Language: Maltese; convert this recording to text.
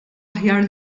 aħjar